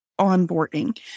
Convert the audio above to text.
onboarding